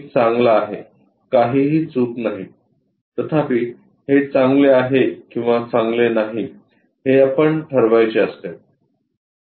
एक चांगला आहे काहीही चूक नाही तथापि हे चांगले आहे किंवा चांगले नाही ते आपण ठरवायचे असते